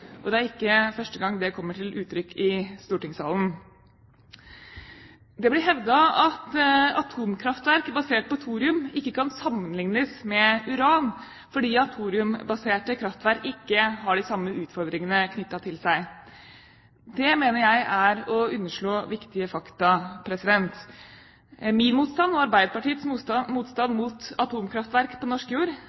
Norge. Det er ikke første gang det kommer til uttrykk i stortingssalen. Det blir hevdet at atomkraftverk basert på thorium ikke kan sammenliknes med atomkraftverk basert på uran, fordi thoriumbaserte kraftverk ikke har de samme utfordringene knyttet til seg. Det mener jeg er å underslå viktige fakta. Min og Arbeiderpartiets motstand mot atomkraftverk på norsk jord